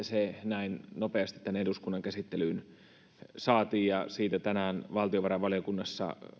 se näin nopeasti tänne eduskunnan käsittelyyn saatiin ja siitä tänään valtiovarainvaliokunnassa